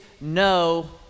no